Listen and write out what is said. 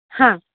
हां